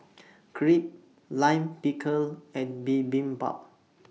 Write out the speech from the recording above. Crepe Lime Pickle and Bibimbap